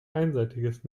einseitiges